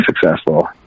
successful